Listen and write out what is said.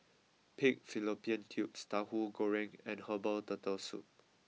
Pig Fallopian Tubes Tahu Goreng and Herbal Turtle Soup